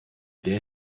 der